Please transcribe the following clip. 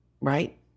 right